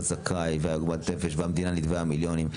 זכאי ועוגמת נפש והמדינה נתבעה מיליונים.